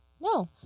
No